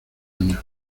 año